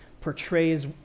portrays